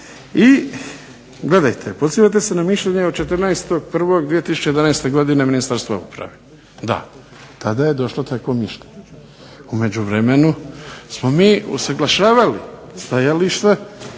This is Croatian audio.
Gledajte, pozivate se na mišljenje od 14.1.2011. godine Ministarstva uprave, da, tada je došlo takvo mišljenje. U međuvremenu smo mi usuglašavali stajališta